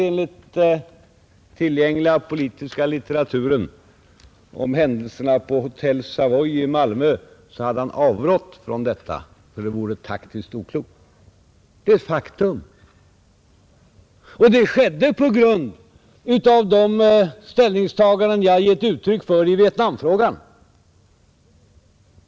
Enligt tillgänglig politisk litteratur om händelserna på Hotel Savoy i Malmö avrådde herr Bohman därför att det var taktiskt oklokt. Det är faktum. Min avgång krävdes på grund av de ställningstaganden jag givit uttryck för i Vietnamfrågan.